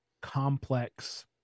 complex